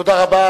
תודה רבה.